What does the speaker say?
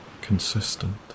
Consistent